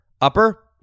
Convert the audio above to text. Upper